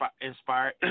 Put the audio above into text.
inspired